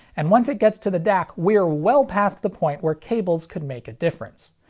and once it gets to the dac, we're well past the point where cables could make a difference.